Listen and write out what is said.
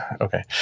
okay